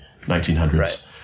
1900s